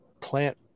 plant